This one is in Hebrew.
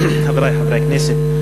חברי חברי הכנסת,